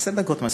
עשר דקות מספיק.